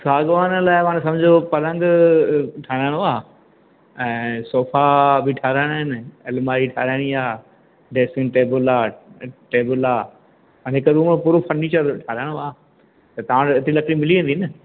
सागवान लाइ माना समझो पलंग अ ठाहिराइणो आहे ऐं सोफा भी ठाहिराइणा आहिनि अलमारी ठाहिराइणी आहे ड्रेसिंग टेबिल आहे टेबिल आहे माना हिकु रूम ॼो पूरो फर्नीचर ठाहिराइणो आहे त तव्हां वटि एतिरी लकड़ी मिली वेंदी न